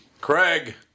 Craig